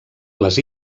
les